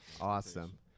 awesome